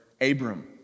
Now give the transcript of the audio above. Abram